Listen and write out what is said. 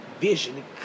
vision